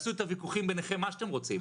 תעשו את הוויכוחים ביניכם מה שאתם רוצים,